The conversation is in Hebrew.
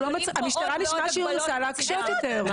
נשמע שהמשטרה רוצה להקשות יותר.